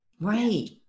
Right